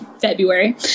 february